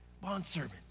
Bondservant